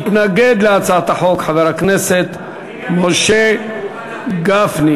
מתנגד להצעת החוק, חבר הכנסת משה גפני.